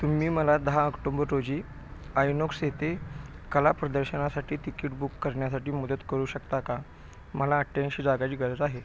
तुम्ही मला दहा आक्टोंबर रोजी आयनॉक्स येथे कला प्रदर्शनासाठी तिकीट बुक करण्यासाठी मदत करू शकता का मला अठ्ठयाऐंशी जागाची गरज आहे